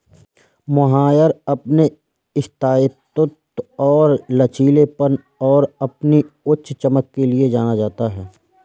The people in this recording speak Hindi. मोहायर अपने स्थायित्व और लचीलेपन और अपनी उच्च चमक के लिए जाना जाता है